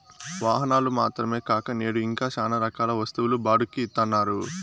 వాహనాలు మాత్రమే కాక నేడు ఇంకా శ్యానా రకాల వస్తువులు బాడుక్కి ఇత్తన్నారు